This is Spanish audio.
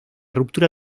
ruptura